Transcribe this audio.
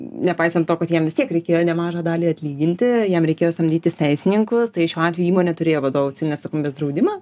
nepaisant to kad jiem vis tiek reikėjo nemažą dalį atlyginti jiem reikėjo samdytis teisininkus tai šiuo atveju įmonė turėjo vadovų atsakomybės draudimą